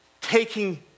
taking